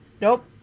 Nope